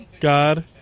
God